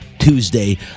Tuesday